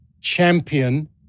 champion